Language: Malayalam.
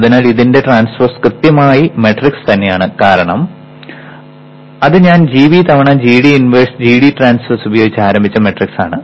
അതിനാൽ ഇതിന്റെ ട്രാൻസ്പോസ് കൃത്യമായി മാട്രിക്സ് തന്നെയാണ് കാരണം അത് ഞാൻ gB തവണ gD ഇൻവേഴ്സ് gD ട്രാൻസ്പോസ് ഉപയോഗിച്ച് ആരംഭിച്ച മാട്രിക്സ് ആണ്